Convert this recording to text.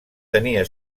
tenia